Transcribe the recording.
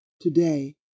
Today